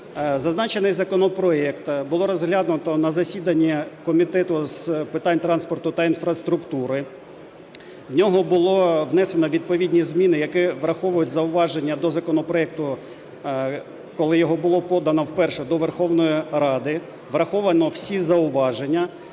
Зазначений законопроект було розглянуто на засіданні Комітету з питань транспорту та інфраструктури. В нього було внесено відповідні зміни, які враховують зауваження до законопроекту, коли його було подано вперше до Верховної Ради. Враховано всі зауваження.